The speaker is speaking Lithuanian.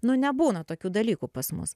nu nebūna tokių dalykų pas mus